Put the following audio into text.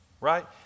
right